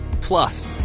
Plus